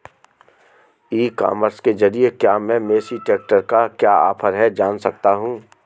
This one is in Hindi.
ई कॉमर्स के ज़रिए क्या मैं मेसी ट्रैक्टर का क्या ऑफर है जान सकता हूँ?